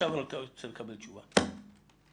אני רוצה לקבל תשובה עכשיו.